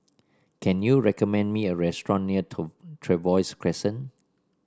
can you recommend me a restaurant near Trevose Crescent